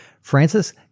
Francis